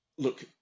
Look